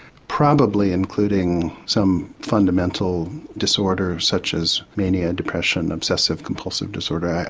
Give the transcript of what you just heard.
probably including some fundamental disorder such as mania depression, obsessive compulsive disorder,